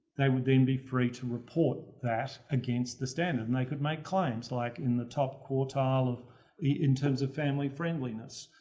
they would then be free to report that against the standard. and, they could make claims like, in the top quarter in terms of family friendliness.